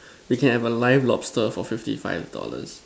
we can have a live lobster for fifty five dollars